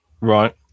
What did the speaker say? Right